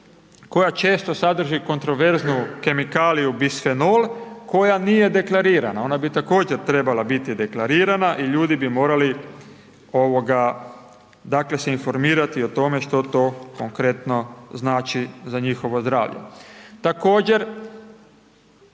koja često sadrži kontroverznu kemikaliju bisfenol koja nije deklarirana, ona bi također trebala biti deklarirana i ljudi bi morali dakle se informirati o tome što to konkretno znači za njihovo zdravlje.